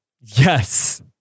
Yes